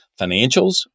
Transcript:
financials